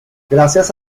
gracias